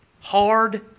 Hard